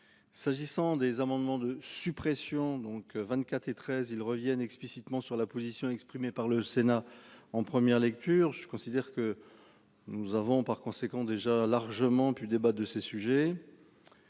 S'agissant des amendements de suppression donc 24 et très ils reviennent explicitement sur la position exprimée par le Sénat en première lecture, je considère que. Nous avons par conséquent déjà largement plus débat de ces sujets.